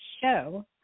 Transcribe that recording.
show